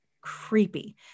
creepy